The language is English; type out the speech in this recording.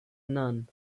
none